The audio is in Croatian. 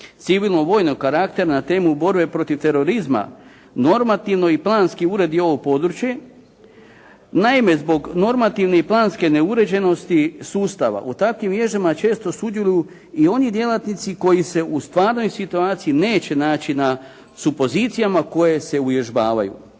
civilno-vojnog karaktera na temu borbe protiv terorizma normativno i planski uredi ovo područje. Naime zbog normativne i planske neuređenosti sustava u takvim vježbama često sudjeluju i oni djelatnici koji se u stvarnoj situaciji neće naći na supozicijama koje se uvježbavaju.